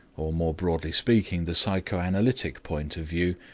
or more broadly speaking, the psychoanalytic point of view,